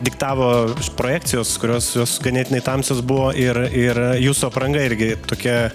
diktavo projekcijos kurios jos ganėtinai tamsios buvo ir ir jūsų apranga irgi tokia